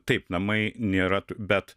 taip namai nėra bet